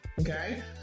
Okay